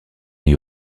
mais